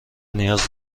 نیاز